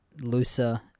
looser